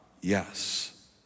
Yes